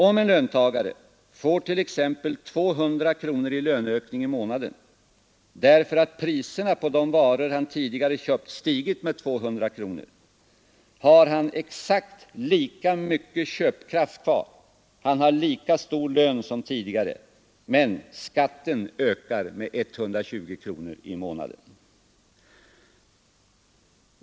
Om en löntagare får t.ex. 200 kronor i månaden i löneökning därför att priserna på de varor han tidigare köpt har stigit med 200 kronor, har han exakt lika mycket pengar kvar — lika stor lön — som tidigare, men skatten ökar med 120 kronor i månaden.